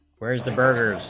bears the bars,